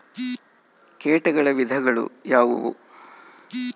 ಕೇಟಗಳ ವಿಧಗಳು ಯಾವುವು?